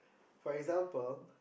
for example